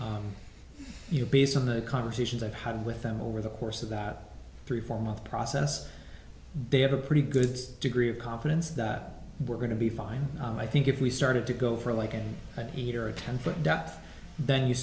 you know based on the conversations i've had with them over the course of that three four month process they have a pretty good degree of confidence that we're going to be fine i think if we started to go for like an eater a ten foot death then you